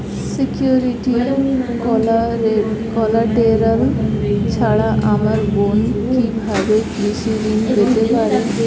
Security ও collateral ছাড়া আমার বোন কিভাবে কৃষি ঋন পেতে পারে?